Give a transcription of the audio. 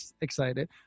excited